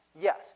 yes